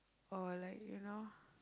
or like you know